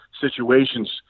situations